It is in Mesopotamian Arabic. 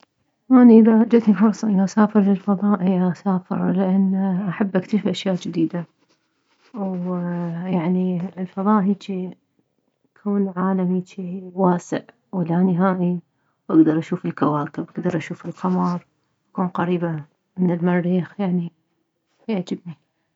اني اذا جتني فرصة انه اسافر للفضاء اي اسافر لان احب اكتشف اشياء جديدة ويعني الفضاء هيجي يكون عالم هيجي واسع ولا نهائي اكدر اشوف الكواكب اكدر اشوف القمر اكون قريبة من المريخ يعني حيل يعجبني